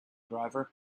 driver